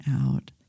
out